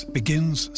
begins